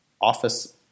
office